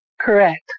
Correct